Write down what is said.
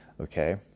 okay